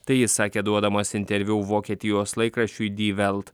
tai jis sakė duodamas interviu vokietijos laikraščiui dyvelt